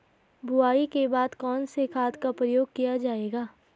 बुआई के बाद कौन से खाद का प्रयोग किया जायेगा?